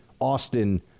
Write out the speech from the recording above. Austin